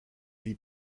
j’y